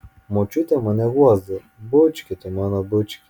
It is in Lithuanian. močiutė mane guosdavo bučki tu mano bučki